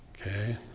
Okay